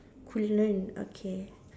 coolant okay